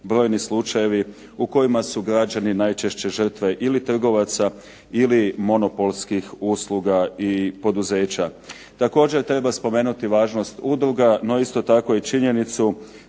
brojni slučajevi u kojima su građani najčešće žrtve ili trgovaca ili monopolskih usluga i poduzeća. Također treba spomenuti važnost udruga, no isto tako i činjenicu